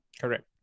Correct